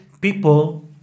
people